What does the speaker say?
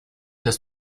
los